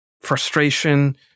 frustration